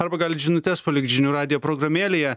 arba galit žinutes palikt žinių radijo programėlėje